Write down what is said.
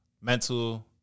mental